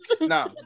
No